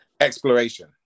Exploration